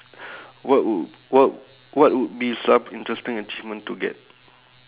what w~ what what would be some interesting achievement to get